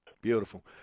Beautiful